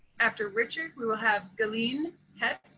after richard, we will have galine hecht.